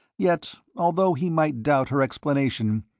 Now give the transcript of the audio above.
yet, although he might doubt her explanation,